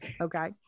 okay